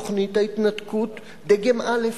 תוכנית ההתנתקות דגם א'.